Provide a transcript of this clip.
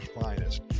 finest